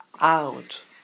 out